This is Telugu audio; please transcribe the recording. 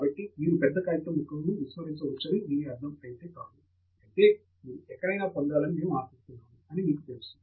కాబట్టి మీరు పెద్ద కాగితం ముక్కలను విస్మరించవచ్చని దీని అర్థం అయితే కాదు ఆపై మీరు ఎక్కడైనా పొందాలని మేము ఆశిస్తున్నాము అని మీకు తెలుసు